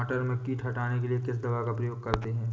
मटर में कीट हटाने के लिए किस दवा का प्रयोग करते हैं?